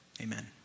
amen